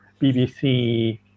BBC